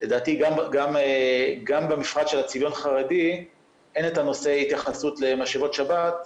לדעתי גם במפרט של הצביון החרדי אין התייחסות למשאבות שבת,